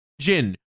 Jin